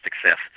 success